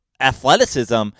athleticism